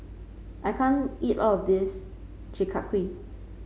I can't eat all of this Chi Kak Kuih